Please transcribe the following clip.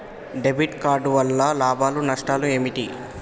Debit card వల్ల లాభాలు నష్టాలు ఏమిటి?